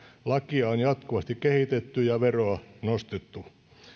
lakia on jatkuvasti kehitetty ja veroa nostettu